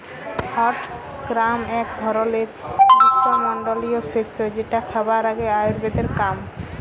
horse gram এক ধরলের গ্রীস্মমন্ডলীয় শস্য যেটা খাবার আর আয়ুর্বেদের কাম